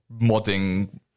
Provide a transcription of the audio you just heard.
modding